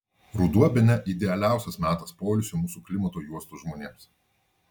ruduo bene idealiausias metas poilsiui mūsų klimato juostos žmonėms